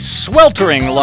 sweltering